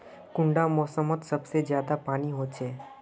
कुंडा मोसमोत सबसे ज्यादा पानी होचे?